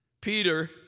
Peter